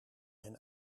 hen